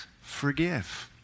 forgive